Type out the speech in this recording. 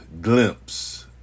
glimpse